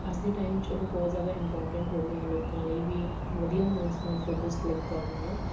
ਅੱਜ ਦੇ ਟਾਈਮ 'ਚ ਉਹ ਬਹੁਤ ਜ਼ਿਆਦਾ ਇੰਪੋਰਟੈਂਟ ਹੋ ਗਿਆ ਲੋਕਾਂ ਲਈ ਵੀ ਵਧੀਆ ਲੈਨਸ ਨਾਲ ਫੋਟੋਜ ਕਲਿੱਕ ਕਰਨੀਆਂ